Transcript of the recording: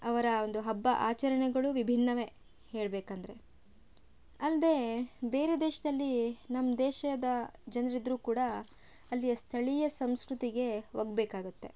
ಅವರ ಒಂದು ಹಬ್ಬ ಆಚರಣೆಗಳು ವಿಭಿನ್ನವೇ ಹೇಳ್ಬೇಕಂದರೆ ಅಲ್ಲದೆ ಬೇರೆ ದೇಶದಲ್ಲಿ ನಮ್ಮ ದೇಶದ ಜನರಿದ್ದರೂ ಕೂಡ ಅಲ್ಲಿಯ ಸ್ಥಳೀಯ ಸಂಸ್ಕೃತಿಗೆ ಒಗ್ಬೇಕಾಗತ್ತೆ